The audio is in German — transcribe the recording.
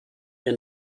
ihr